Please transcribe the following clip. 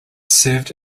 served